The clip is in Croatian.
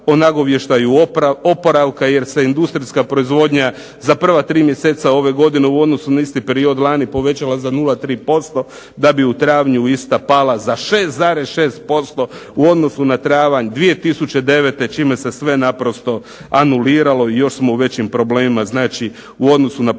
o nagovještaju oporavka jer se industrijska proizvodnja za prva tri mjeseca ove godine u odnosu na isti period lani povećala za 0,3% da bi u travnju ista pala za 6,6% u odnosu na travanj 2009. čime se sve naprosto anuliralo i u još većim smo problemima u odnosu na prošlu godinu.